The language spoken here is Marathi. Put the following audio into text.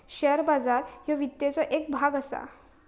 शेअर बाजार ह्यो वित्ताचो येक भाग असा